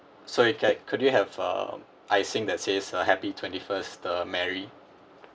so you can could you have uh icing that says uh happy twenty-first uh mary